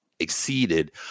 exceeded